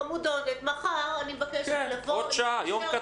חמודונת: מחר אני מבקשת לבוא עם תלבושת בית הספר,